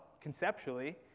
conceptually